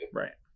right